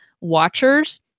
watchers